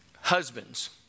Husbands